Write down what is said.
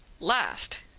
last,